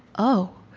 oh.